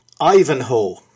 Ivanhoe